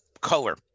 color